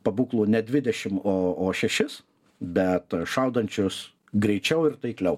pabūklų ne dvidešimt o šešis bet šaudančius greičiau ir taikliau